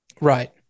Right